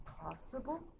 possible